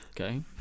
Okay